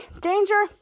Danger